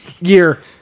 year